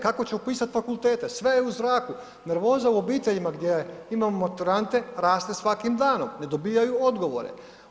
Kako će upisat fakultete sve je u zraku, nervoza u obiteljima gdje imamo maturante raste svakim danom ne dobijaju odgovore.